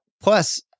Plus